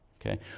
okay